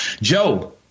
Joe